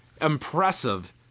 impressive